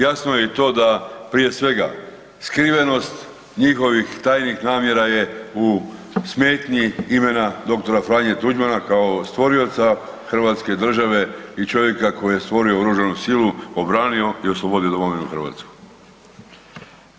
Jasno je i to da prije svega, skrivenost njihovih tajnih namjera je u smetnji imena dr. Franje Tuđmana kao stvorioca hrvatske države i čovjeka koji je stvorio oružanu silu, obranio i oslobodio domovinu Hrvatsku.